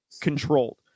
controlled